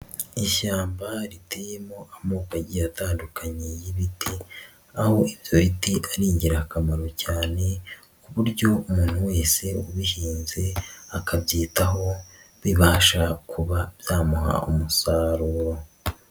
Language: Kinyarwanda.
Ishyamba riteyemo amoko agiye tandukanye y'ibiti, aho ibyo biti ingirakamaro cyane ku buryo umuntu wese ubihinze akabyitaho, bibasha kuba byamuha umusaruro.